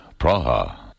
Praha